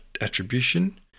attribution